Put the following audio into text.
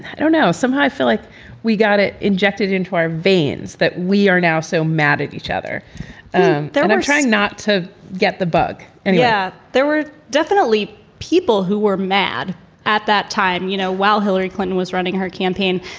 i don't know somehow i feel like we got it injected into our veins, that we are now so mad at each other um that and i'm trying not to get the bug and yeah, there were definitely people who were mad at that time, you know, while hillary clinton was running her campaign.